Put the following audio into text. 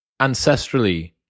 ancestrally